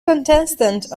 contestant